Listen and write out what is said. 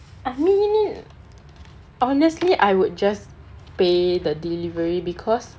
I mean honestly I would just pay the delivery because